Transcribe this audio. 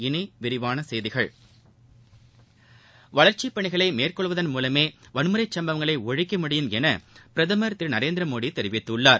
இனி விரிவான செய்திகள் வளர்ச்சிப் பணிகளை மேற்கொள்வதன் மூலமே வன்முறைச் சம்பவங்களை ஒழிக்க முடியும் என பிரதமர் திரு நரேந்திர மோடி தெரிவித்துள்ளார்